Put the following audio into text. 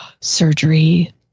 surgery